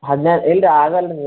ಹದಿನೈದು ಇಲ್ಲ ರೀ ಆಗಲ್ಲ ರೀ